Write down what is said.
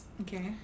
Okay